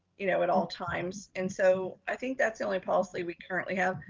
you know at all times. and so i think that's the only policy we currently have.